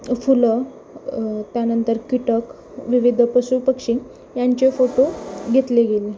फुलं त्यानंतर कीटक विविध पशुपक्षी यांचे फोटो घेतले गेले